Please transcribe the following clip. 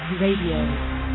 Radio